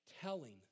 telling